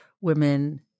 women